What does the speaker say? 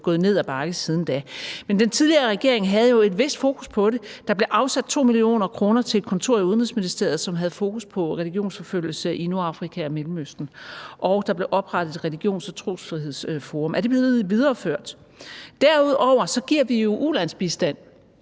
den tidligere regering havde jo et vist fokus på det. Der blev afsat 2 mio. kr. til et kontor i Udenrigsministeriet, som havde fokus på religionsforfølgelse i Nordafrika og Mellemøsten, og der blev oprettet et religions- og trosfrihedsforum. Er de blevet videreført?